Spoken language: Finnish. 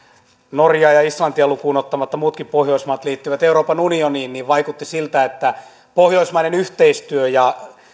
norjaa ja ja islantia lukuun ottamatta muutkin pohjoismaat liittyivät euroopan unioniin vaikutti siltä että pohjoismainen yhteistyö ja